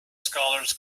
scholars